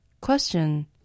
Question